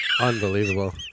Unbelievable